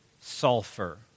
sulfur